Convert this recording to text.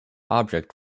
object